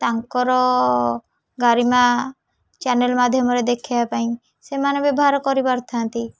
ତାଙ୍କର ଗାରିମା ଚ୍ୟାନେଲ୍ ମାଧ୍ୟମରେ ଦେଖେଇବା ପାଇଁ ସେମାନେ ବ୍ୟବହାର କରିପାରିଥାନ୍ତି